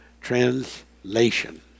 translation